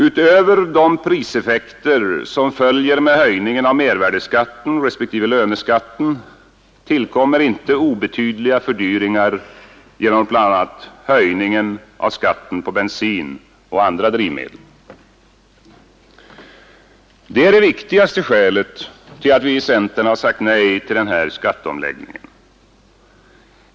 Utöver de priseffekter som följer med höjningen av mervärdeskatten respektive löneskatten tillkommer inte obetydliga fördyringar genom bl.a. höjningen av skatten på bensin och andra drivmedel. Detta är det viktigaste skälet till att vi i centern har sagt nej till den här skatteomläggningen.